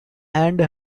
earned